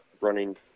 running –